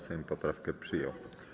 Sejm poprawkę przyjął.